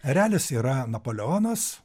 erelis yra napoleonas